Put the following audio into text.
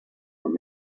were